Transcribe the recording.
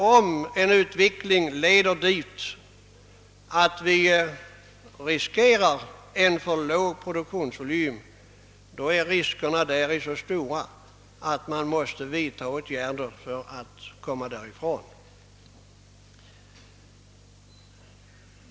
Om utvecklingen leder dithän att vi riskerar en för låg produktionsvolym, är riskerna så stora att man måste vidta åtgärder.